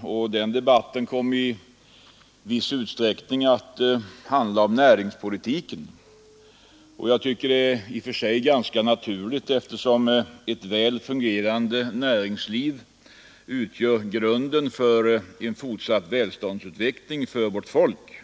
lång debatt, som i viss utsträckning kom att handla om näringspolitiken. Det tycker jag i och för sig är ganska naturligt, eftersom ett väl fungerande näringsliv utgör grunden för en fortsatt välståndsutveckling för vårt folk.